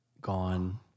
gone